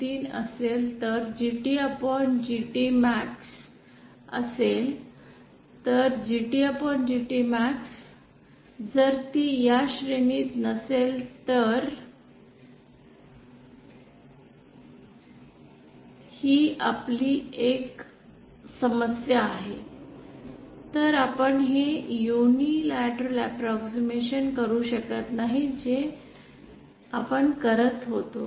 ०3 असेल तर GTGTmax असेल तर GTGTmax जर ती या श्रेणीत नसेल तर हि आपली एक समस्या आहे तर आपण हे युनिलॅटरल अँप्रॉक्सिमशन करू शकत नाही जे आपण करत होतो